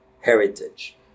heritage